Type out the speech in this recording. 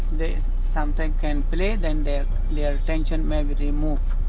they some time can play, then their yeah tension may be removed.